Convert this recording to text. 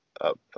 up